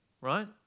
right